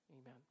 Amen